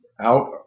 out